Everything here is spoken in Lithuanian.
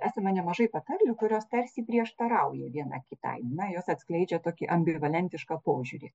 esama nemažai patarlių kurios tarsi prieštarauja viena kitai na jos atskleidžia tokį ambivalentišką požiūrį